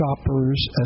shoppers